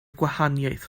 gwahaniaeth